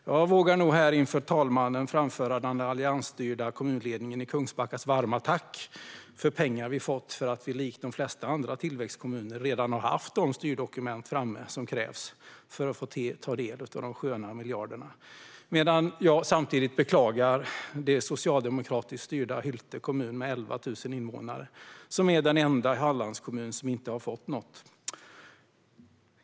Jag vågar nog här inför talmannen framföra ett varmt tack från den alliansstyrda kommunledningen i Kungsbacka för pengarna vi fått för att vi likt de flesta andra tillväxtkommuner redan haft de styrdokument framme som krävs för att få ta del av de sköna miljarderna. Samtidigt beklagar jag att det socialdemokratiskt styrda Hylte kommun med 11 000 invånare som enda Hallandskommun inte fått något.